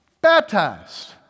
Baptized